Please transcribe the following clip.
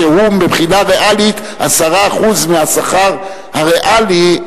שהוא מבחינה ריאלית 10% משכר-הדירה הריאלי,